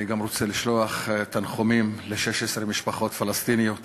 אני גם רוצה לשלוח תנחומים ל-16 משפחות פלסטיניות